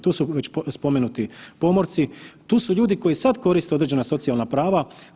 Tu su već spomenuti pomorci, tu su ljudi koji sad koriste određena socijalna prava.